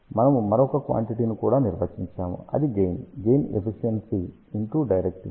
మనము మరొక క్వాంటిటీ ని కూడా నిర్వచించాము అది గెయిన్ గెయిన్ ఎఫిషియన్సి డైరెక్టివిటీ